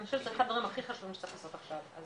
חושבת אחד מהדברים הכי חשובים שצריך לעשות עכשיו.